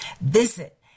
Visit